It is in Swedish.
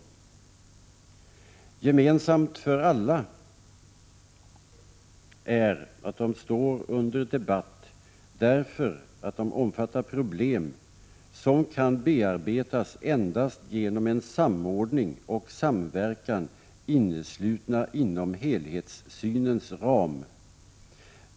Gemensamt för alla är att de står under debatt därför att de omfattar problem som kan bearbetas endast genom samordning och samverkan inom helhetssynens ram.